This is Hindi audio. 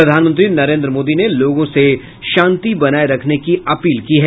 प्रधानमंत्री नरेन्द्र मोदी ने लोगों से शांति बनाए रखने की अपील की है